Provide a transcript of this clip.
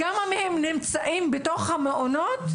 כמה מהם נמצאים בתוך המעונות,